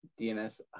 DNS